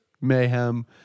mayhem